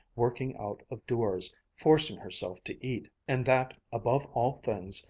working out of doors, forcing herself to eat, and that, above all things,